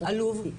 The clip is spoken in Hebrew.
עלוב.